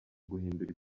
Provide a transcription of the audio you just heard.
guhindura